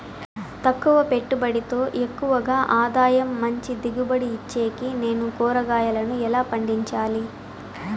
తక్కువ పెట్టుబడితో ఎక్కువగా ఆదాయం మంచి దిగుబడి ఇచ్చేకి నేను కూరగాయలను ఎలా పండించాలి?